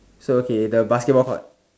so okay the basketball court